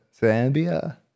Zambia